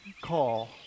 call